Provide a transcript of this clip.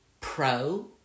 pro